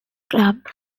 club